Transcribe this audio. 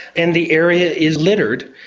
and the area is littered.